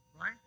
Right